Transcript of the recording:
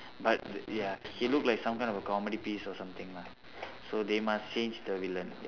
but the ya he look like some kind of a comedy piece or something lah so they must change the villain ya